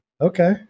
okay